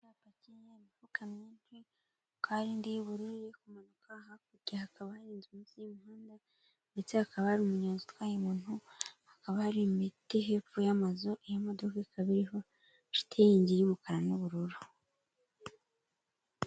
Imodoka yapakiye imifuka myinshi kandi y’ubururu iri kumanuka, hakurya hakaba har’inzu munsi y’umuhanda ndetse hakaba har’umunyonzi utwaye umuntu, hakaba har’imiti hepfo y'amazu. Iy'imodoka ikaba iriho shitingi y'umukara n'ubururu.